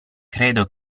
credo